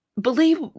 Believe